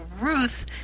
Ruth